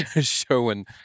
showing